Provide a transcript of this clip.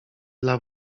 dla